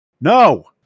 No